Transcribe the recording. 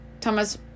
Thomas